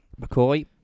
McCoy